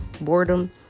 boredom